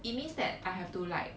it means that I have to like